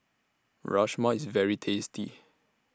Rajma IS very tasty